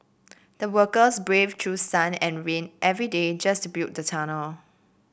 the workers braved through sun and rain every day just to build the tunnel